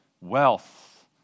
wealth